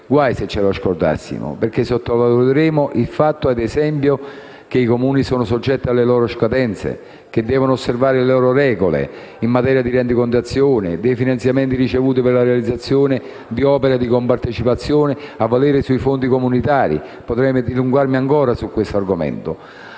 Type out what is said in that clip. Guai se ce lo scordassimo, perché sottovaluteremmo il fatto, ad esempio, che i Comuni sono soggetti alle loro scadenze e che devono osservare le loro regole, per esempio in materia di rendicontazione dei finanziamenti ricevuti per la realizzazione di opere in compartecipazione a valere su fondi comunitari. Potrei dilungarmi ancora su questo argomento.